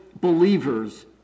believers